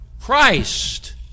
Christ